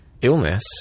illness